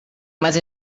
much